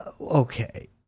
okay